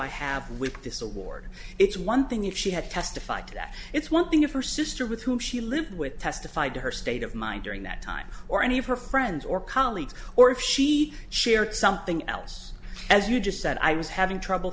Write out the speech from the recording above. i have with this award it's one thing if she had testified to that it's one thing if her sister with whom she lived with testified to her state of mind during that time or any of her friends or colleagues or if she shared something else as you just said i was having trouble